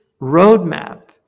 roadmap